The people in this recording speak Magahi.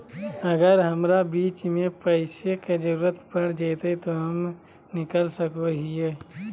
अगर हमरा बीच में पैसे का जरूरत पड़ जयते तो हम निकल सको हीये